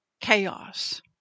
chaos